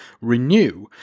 renew